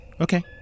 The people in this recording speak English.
Okay